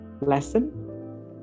lesson